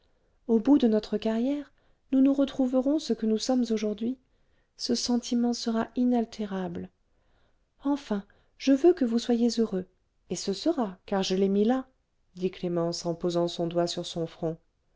au bout de notre carrière nous nous retrouverons ce que nous sommes aujourd'hui ce sentiment sera inaltérable enfin je veux que vous soyez heureux et ce sera car je l'ai mis là dit clémence en posant son doigt sur son front